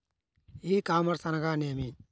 ఈ కామర్స్ అనగా నేమి?